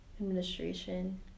administration